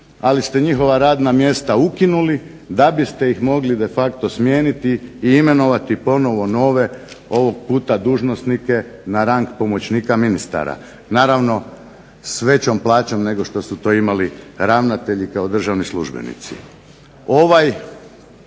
ali ste njihova radna mjesta ukinuli da biste ih mogli de facto smijeniti i imenovati ponovno nove dužnosnike na rang pomoćnika ministara. Naravno s većom plaćom nego što su to imali ravnatelji kao državni službenici. Ovaj